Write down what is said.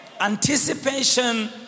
Anticipation